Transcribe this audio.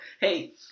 hey